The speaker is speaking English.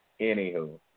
Anywho